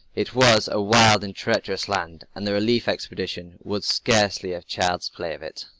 it was a wild and treacherous land, and the relief expedition would scarcely have child's play of it.